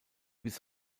bis